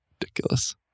ridiculous